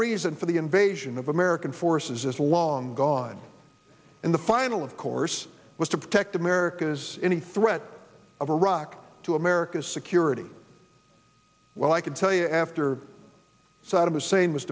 reason for the invasion of american forces is long gone and the final of course was to protect america is any threat of iraq to america's security well i can tell you after saddam hussein was